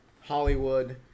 Hollywood